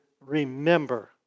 remember